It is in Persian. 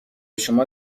شما